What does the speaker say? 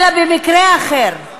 אלא במקרה אחר,